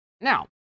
Now